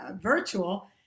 virtual